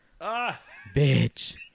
bitch